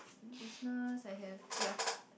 business I have yeah